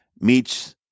meets